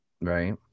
Right